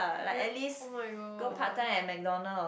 you kn~ oh-my-God